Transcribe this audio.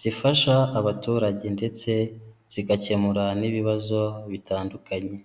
zifasha abaturage ndetse zigakemura n'ibibazo bitandukanye.